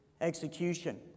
execution